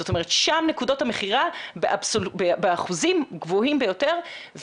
זאת אומרת שם נקודות המכירה באחוזים גבוהים ביותר.